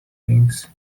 things